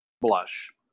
blush